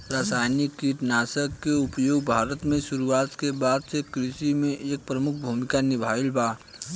रासायनिक कीटनाशक के प्रयोग भारत में शुरुआत के बाद से कृषि में एक प्रमुख भूमिका निभाइले बा